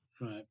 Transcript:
Right